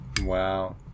wow